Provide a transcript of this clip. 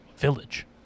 village